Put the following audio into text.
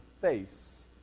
face